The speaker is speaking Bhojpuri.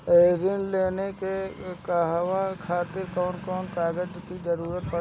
ऋण लेने के कहवा खातिर कौन कोन कागज के जररूत बाटे?